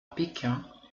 pékin